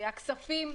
הכספים,